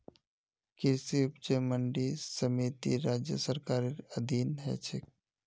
कृषि उपज मंडी समिति राज्य सरकारेर अधीन ह छेक